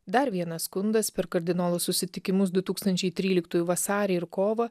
dar vienas skundas per kardinolų susitikimus du tūkstančiai tryliktųjų vasarį ir kovą